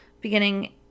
beginning